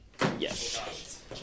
Yes